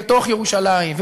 בתוך ירושלים,